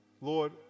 Lord